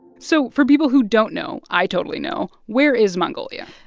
so for people who don't know i totally know where is mongolia?